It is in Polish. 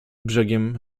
brzegiem